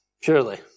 Surely